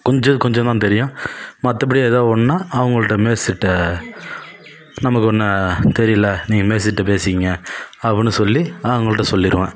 கொஞ்சம் கொஞ்சந்தான் தெரியும் மற்றபடி எதா ஒன்றுன்னா அவங்கள்ட்ட மேஸ்திரிகிட்ட நமக்கு ஒன்றும் தெரியல நீ மேஸ்திரிகிட்ட பேசிக்கிங்க அப்புன்னு சொல்லி நான் அவங்கள்ட்ட சொல்லிருவேன்